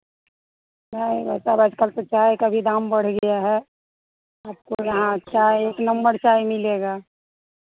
चाय भाईसाब आजकल तो चाय का भी दाम बढ़ गया है आपको यहाँ चाय एक नंबर चाय मिलेगा